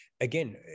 again